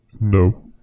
No